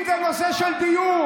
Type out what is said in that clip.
אם זה בנושא של דיור,